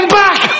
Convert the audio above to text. back